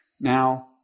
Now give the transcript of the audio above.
Now